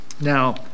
Now